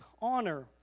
honor